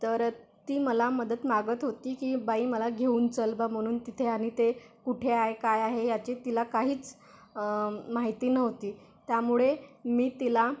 तर ती मला मदत मागत होती की बाई मला घेऊन चल बा म्हणून तिथे आणि ते कुठे आहे काय आहे याची तिला काहीच माहिती नव्हती त्यामुळे मी तिला